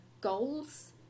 goals